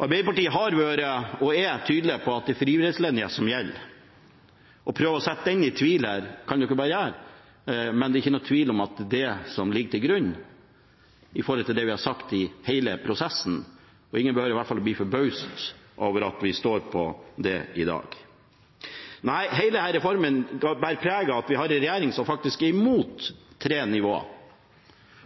Arbeiderpartiet har vært og er tydelig på at det er frivillighetslinja som gjelder. Å prøve å sette den i tvil kan man bare gjøre, men det er ingen tvil om at det er den som ligger til grunn, slik vi har sagt i hele prosessen, og ingen behøver å bli forbauset over at vi står på det i dag. Nei, hele denne reformen bærer preg av at vi har en regjering som faktisk er imot tre nivå.